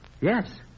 Yes